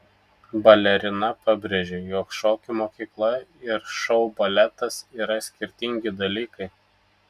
balerina pabrėžė jog šokių mokykla ir šou baletas yra skirtingi dalykai